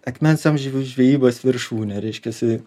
akmens amžiaus žvejybos viršūnė reiškiasi